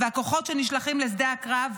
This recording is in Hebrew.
הכוחות שנשלחים לשדה הקרב,